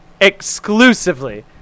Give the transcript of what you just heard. Exclusively